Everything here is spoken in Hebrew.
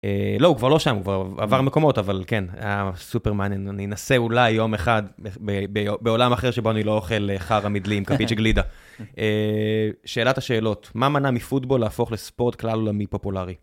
לא, הוא כבר לא שם, הוא כבר עבר מקומות, אבל כן, היה סופר מעניין. אני אנסה אולי יום אחד בעולם אחר שבו אני לא אוכל חרא מדלי עם קפית של גלידה. שאלת השאלות: מה מנע מפוטבול להפוך לספורט כלל עולמי פופולרי?